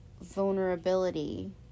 vulnerability